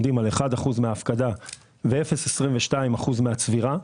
עומדים על אחד אחוז מההפקדה ועל 0.22% מהצבירה,